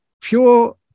pure